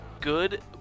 good